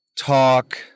talk